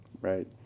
Right